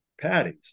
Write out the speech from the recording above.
patties